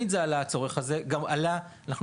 הצורך הזה עלה תמיד.